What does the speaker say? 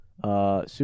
Super